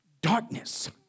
darkness